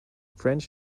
french